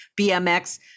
BMX